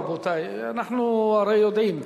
רבותי, אנחנו הרי יודעים.